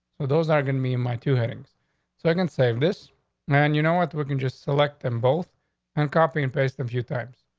so those are gonna be in my two headings so i can save this man. you know what? we but can just select them both and copy and paste a few times.